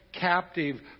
captive